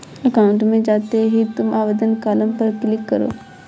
account में जाते ही तुम आवेदन कॉलम पर क्लिक करो